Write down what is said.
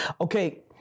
Okay